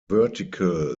vertical